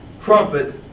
trumpet